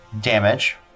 damage